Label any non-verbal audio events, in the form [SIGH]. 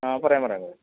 ആ പറയാം പറയാം [UNINTELLIGIBLE]